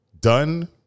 done